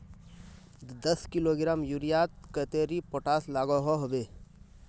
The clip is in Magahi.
दस किलोग्राम यूरियात कतेरी पोटास लागोहो होबे?